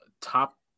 top